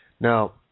Now